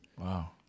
Wow